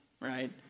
right